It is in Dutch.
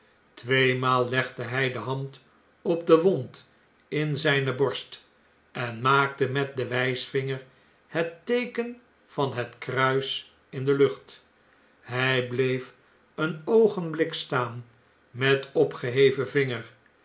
tweemaal legde hjj de hand op de wond in zjjne borst en maakte met den wijsvinger het teeken van het kruis in de lucht hq bleef een oogenblik staan met opgeheven vinger